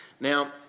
Now